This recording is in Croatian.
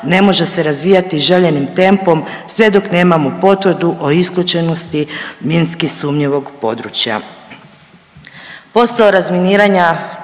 ne može se razvijati željenim tempom sve dok nemamo potvrdu o isključenosti minski sumnjivog područja.